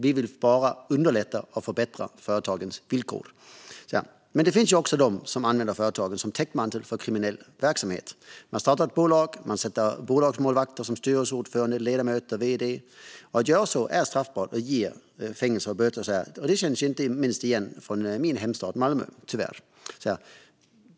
Vi vill bara underlätta och förbättra företagens villkor. Men det finns också de som använder företaget som täckmantel för kriminell verksamhet. Man startar ett bolag och sätter bolagsmålvakter som styrelseordförande, ledamöter och vd. Att göra så är straffbart och ger fängelse eller böter. Detta känns igen inte minst från min hemstad Malmö, tyvärr.